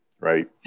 right